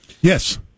Yes